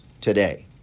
today